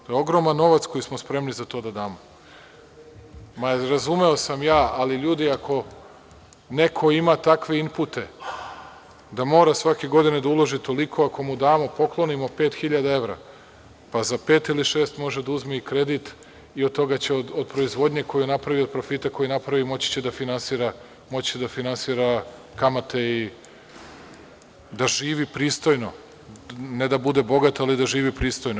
To je ogroman novac koji smo spremni za to da damo. (Narodni poslanik Goran Ješić dobacuje s mesta.) Ma, razumeo sam ja, ali ljudi, ako neko ima takve impute da mora svake godine da uloži toliko, ako mu damo, poklonimo 5.000 evra, pa za pet ili šest može da uzme i kredit i od toga će, od proizvodnje koju napravi, od profita koji napravi moći će da finansira kamate i da živi pristojno, ne da bude bogat, ali da živi pristojno.